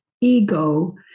ego